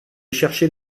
chercher